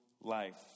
life